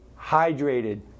hydrated